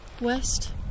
west